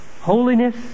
Holiness